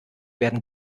werden